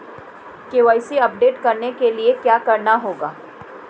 KYC update करने के लिए क्या करना होगा?